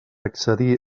accedir